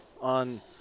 on